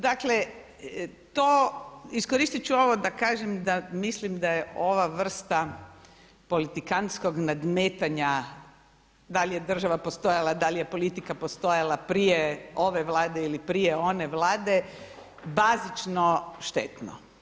Dakle to iskoristit ću ovo da kažem da mislim da je ova vrsta politikantskog nadmetanja da li je država postojala, da li je politika postojala prije ove Vlade ili prije one vlade bazično štetno.